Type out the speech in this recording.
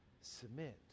submit